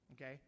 okay